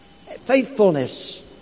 faithfulness